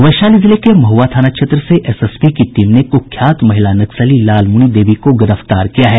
वैशाली जिले के महुआ थाना क्षेत्र से एसएसबी की टीम ने कुख्यात महिला नक्सली लालमुनी देवी को गिरफ्तार किया है